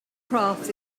crafts